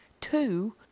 Two